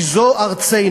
כי זו ארצנו,